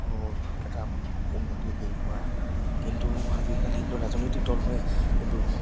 অ' এটা উন্নতি হেৰি কৰা কিন্তু আজিকালি ৰাজনৈতিক দল হয় কিন্তু